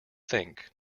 think